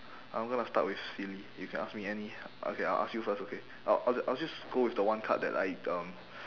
I'm gonna start with silly you can ask me any okay I'll ask you first okay I~ I'll I'll just go with the one card that like um